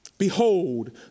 behold